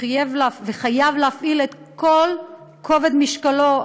וחייב להפעיל את כל כובד משקלו,